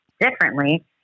differently